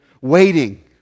waiting